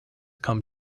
come